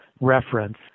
reference